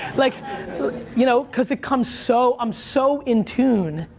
like you know cuz it comes so, i'm so in tune.